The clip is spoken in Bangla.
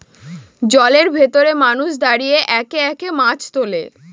জলের ভেতরে মানুষ দাঁড়িয়ে একে একে মাছ তোলে